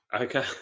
Okay